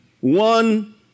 one